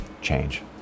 change